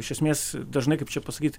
iš esmės dažnai kaip čia pasakyt